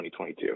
2022